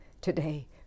today